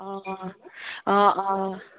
অঁ অঁ অঁ অঁ